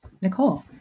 Nicole